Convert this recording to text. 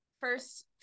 first